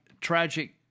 tragic